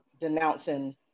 denouncing